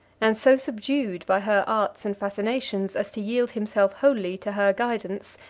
and so subdued by her arts and fascinations as to yield himself wholly to her guidance,